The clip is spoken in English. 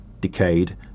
decayed